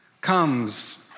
comes